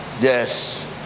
yes